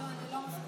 לא, אני לא מסכימה.